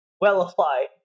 well-applied